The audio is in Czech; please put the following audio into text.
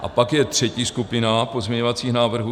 A pak je třetí skupina pozměňovacích návrhů.